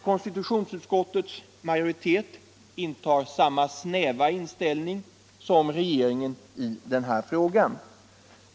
Konstitutionsutskottets majoritet intar samma snäva in ställning som regeringen i den här frågan.